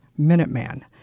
minuteman